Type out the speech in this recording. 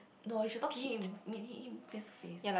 no you should talk to him meet him face to face